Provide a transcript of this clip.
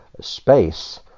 space